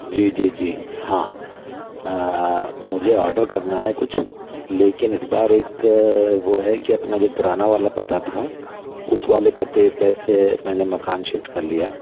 जी जी जी हाँ मुझे ऑर्डर करना है कुछ लेकिन इस बार एक वो है कि अपना जो पुराना वाला पता था उस वाले पते पे से मैंने मकान शिफ़्ट कर लिया है